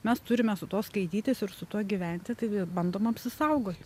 mes turime su tuo skaitytis ir su tuo gyventi tai bandom apsisaugoti